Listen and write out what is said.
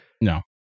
No